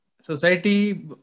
Society